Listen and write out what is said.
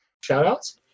shout-outs